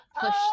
push